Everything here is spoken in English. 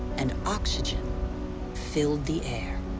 and oxygen filled the air.